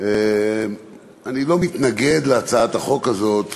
אני לא מתנגד להצעת החוק הזאת,